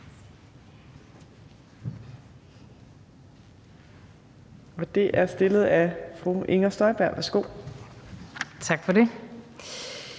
og det er stillet af fru Inger Støjberg. Kl. 15:44 Spm.